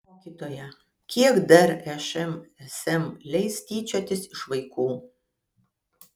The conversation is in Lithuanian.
mokytoja kiek dar šmsm leis tyčiotis iš vaikų